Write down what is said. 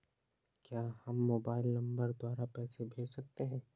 क्या हम mobile number द्वारा पैसे भेज सकते हैं?